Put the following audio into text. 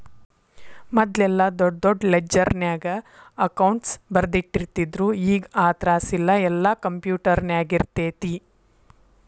ಮದ್ಲೆಲ್ಲಾ ದೊಡ್ ದೊಡ್ ಲೆಡ್ಜರ್ನ್ಯಾಗ ಅಕೌಂಟ್ಸ್ ಬರ್ದಿಟ್ಟಿರ್ತಿದ್ರು ಈಗ್ ಆ ತ್ರಾಸಿಲ್ಲಾ ಯೆಲ್ಲಾ ಕ್ಂಪ್ಯುಟರ್ನ್ಯಾಗಿರ್ತೆತಿ